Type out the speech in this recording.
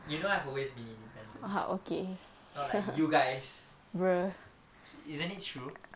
you know I have always been independent not like you guys isn't it true